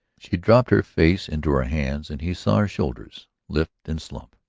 she dropped her face into her hands and he saw her shoulders lift and slump.